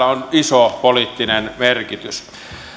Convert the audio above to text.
on iso poliittinen merkitys